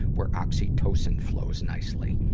where oxytocin flows nicely.